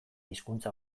hizkuntza